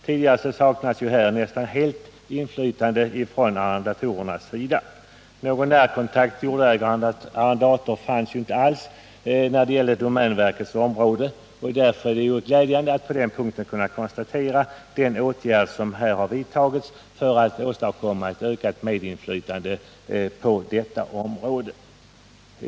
Tidigare saknades inflytande från arrendatorerna nästan helt. Någon närkontakt mellan jordägare och arrendator fanns inte alls inom domänverkets område. Det är därför med glädje jag noterar den åtgärd som vidtagits för att åstadkomma ett ökat medinflytande i det sammanhanget.